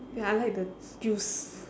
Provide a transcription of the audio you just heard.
ya I like the juice